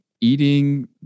eating